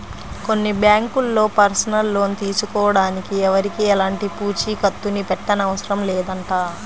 కొన్ని బ్యాంకుల్లో personal loan తీసుకోడానికి ఎవరికీ ఎలాంటి పూచీకత్తుని పెట్టనవసరం లేదంట